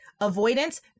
Avoidance